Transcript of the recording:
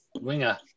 Winger